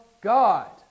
God